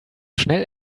schnell